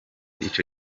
ico